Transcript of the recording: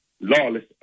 lawless